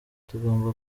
tugomba